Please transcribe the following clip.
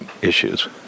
issues